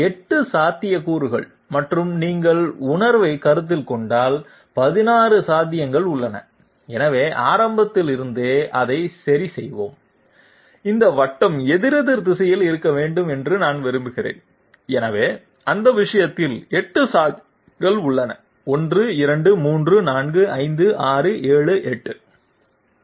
எட்டு சாத்தியக்கூறுகள் மற்றும் நீங்கள் உணர்வைக் கருத்தில் கொண்டால் 16 சாத்தியங்கள் உள்ளன எனவே ஆரம்பத்தில் இருந்தே அதை சரிசெய்வோம் இந்த வட்டம் எதிரெதிர் திசையில் இருக்க வேண்டும் என்று நான் விரும்புகிறேன் எனவே அந்த விஷயத்தில் 8 சாத்தியங்கள் மட்டுமே உள்ளன 1 2 3 4 5 6 7 8